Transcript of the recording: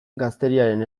gazteriaren